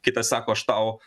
kitas sako aš tau